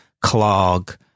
clog